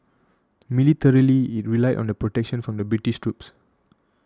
militarily it relied on the protection from the British troops